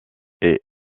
est